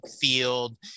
field